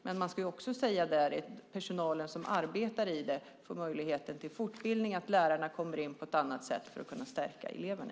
Men personalen som arbetar där måste få möjligheter till fortbildning, och lärarna måste komma in på ett annat sätt för att kunna stärka eleverna.